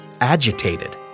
agitated